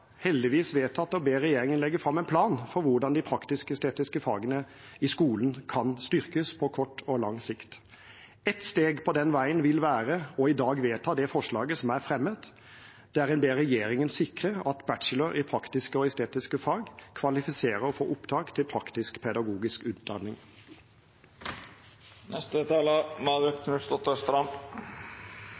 heldigvis vedtatt å be regjeringen legge fram en plan for hvordan de praktisk-estetiske fagene i skolen kan styrkes på kort og lang sikt. Ett steg på den veien vil være i dag å vedta det forslaget som er fremmet, der en ber regjeringen sikre at bachelor i praktiske og estetiske fag kvalifiserer for opptak til